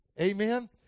Amen